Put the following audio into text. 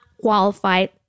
qualified